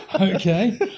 Okay